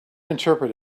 interpret